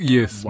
Yes